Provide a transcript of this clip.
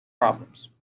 problems